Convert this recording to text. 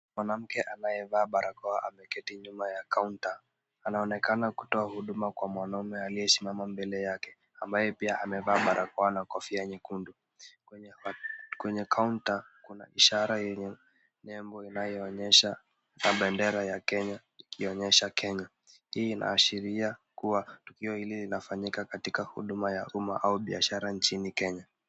Mwanamke anayevaa barakoa ameketi nyuma ya kaunta. Anaonekana kutoa huduma kwa mwanaume aliyesimama mbele yake, ambaye pia amevaa barakoa na kofia nyekundu. Kwenye kaunta, kuna ishara yenye nembo inayoonyesha bendera ya Kenya, ikionyesha Kenya. Hii inaashiria kuwa tukio hili linafanyika katika huduma ya umma au biashara nchini Kenya.